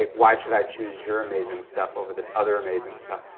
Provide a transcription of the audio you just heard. ah why should i choose your amazing stuff over this other amazing stuff?